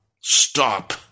stop